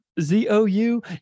Z-O-U